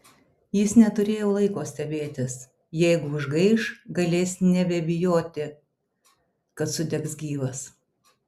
jis neturėjo laiko stebėtis jeigu užgaiš galės nebebijoti kad sudegs gyvas